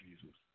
Jesus